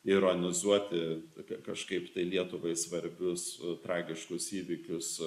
ironizuoti tokie kažkaip tai lietuvai svarbius tragiškus įvykius